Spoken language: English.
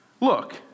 look